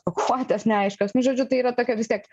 pakuotės neaiškios nu žodžiu tai yra tokia vis tiek